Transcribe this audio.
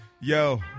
yo